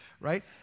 right